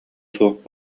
суох